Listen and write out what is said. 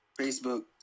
Facebook